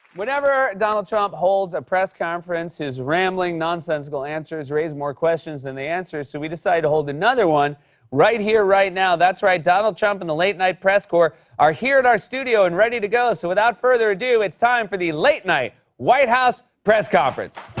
whenever donald trump holds a press conference, his rambling, nonsensical answers raise more questions than the answers, so we decided to hold another one right here, right now. that's right. donald trump and the late night press corps are here in our studio and ready to go. so without further ado, it's time for the late night white house press conference.